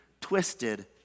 twisted